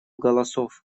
голосов